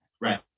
Right